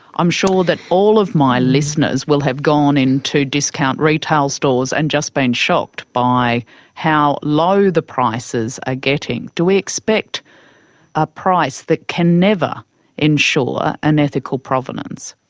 i'm sure that all of my listeners will have gone into discount retail stores and just been shocked about how low the prices are getting. do we expect a price that can never ensure an ethical provenance?